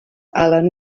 alan